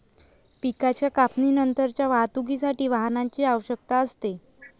पिकाच्या कापणीनंतरच्या वाहतुकीसाठी वाहनाची आवश्यकता असते